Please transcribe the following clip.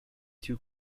two